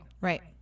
Right